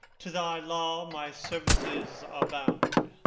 to thy law my services are bound.